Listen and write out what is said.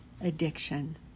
addiction